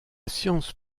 science